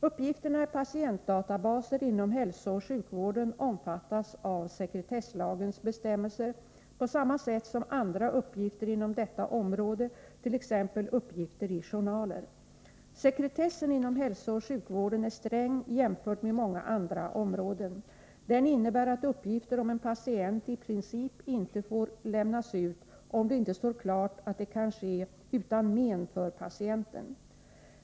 Uppgifterna i patientdatabaser inom hälsooch sjukvården omfattas av sekretesslagens bestämmelser på samma sätt som andra uppgifter inom detta område, t.ex. uppgifter i journaler. Sekretessen inom hälsooch sjukvården är sträng jämfört med många andra områden. Den innebär att uppgifter om en patient i princip inte får lämnas ut, om det inte står klart att det kan ske utan men för patienten.